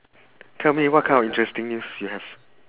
tell me what kind of interesting news you have